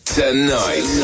tonight